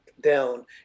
down